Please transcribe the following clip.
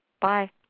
Bye